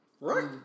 Right